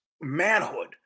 manhood